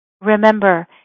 Remember